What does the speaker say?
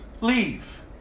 leave